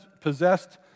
possessed